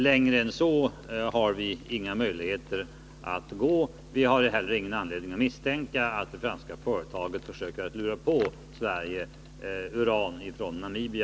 Vi har inga möjligheter att gå längre än så. Inte heller har vi någon anledning att tro att det franska företaget försöker lura på Sverige uran från Namibia.